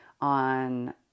on